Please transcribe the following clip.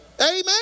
Amen